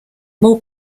more